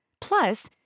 Plus